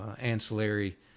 ancillary